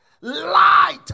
light